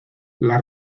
las